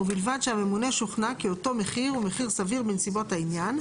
ובלבד שהממונה שוכנע כי אותו מחיר הוא מחיר סביר בנסיבות העניין,